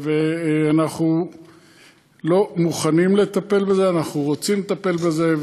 אנחנו לא מוכנים לטפל בזה, אנחנו רוצים לטפל בזה.